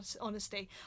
honesty